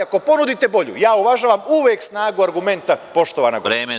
Ako ponudite bolju, ja uvažavam uvek snagu argumenta, poštovana gospodo.